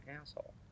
asshole